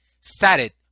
started